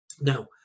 Now